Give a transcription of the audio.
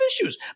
issues